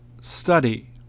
study